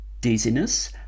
dizziness